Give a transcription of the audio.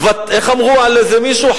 איך אמרו על איזה מישהו?